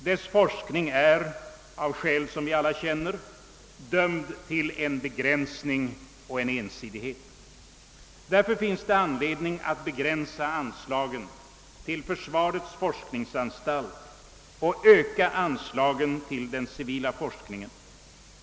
Dess forskning är, av skäl som vi alla känner, dömd till. begränsning och ensidighet. Därför finns det anledning att begränsa anslagen till försvarets forskningsanstalt och öka anslagen till den civila forskningen.